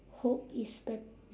hope is bet~